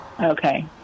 Okay